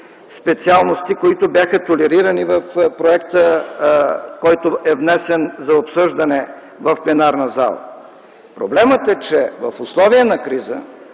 специалности, които бяха толерирани в проекта, внесен за обсъждане в пленарната зала. Проблемът е, че в условия на криза